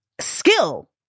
skill